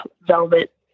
velvet